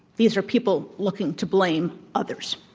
these are people looking to blame others.